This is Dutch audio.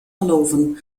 beloven